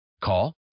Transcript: Call